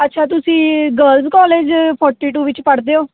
ਅੱਛਾ ਤੁਸੀਂ girls college forty two ਵਿੱਚ ਪੜ੍ਹਦੇ ਹੋ